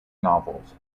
novels